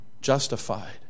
justified